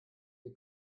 wir